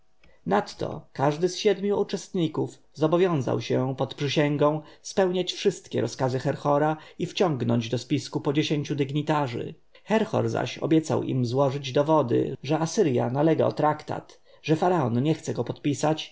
nadto każdy z siedmiu uczestników zobowiązał się pod przysięgą spełniać wszystkie rozkazy herhora i wciągnąć do spisku po dziesięciu dygnitarzy herhor zaś obiecał im złożyć dowtody że asyrja nalega o traktat że faraon nie chce go podpisać